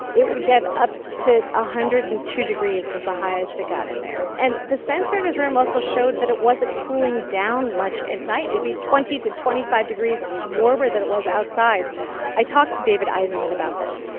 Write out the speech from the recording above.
it would get up to one ah hundred and two degrees was the highest it got in there. and the sensor in his room also showed that it wasn't cooling down much at night. it'd be twenty to twenty five degrees warmer than it was outside i talked to david eisenman about this.